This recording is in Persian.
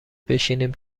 بشینیم